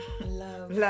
love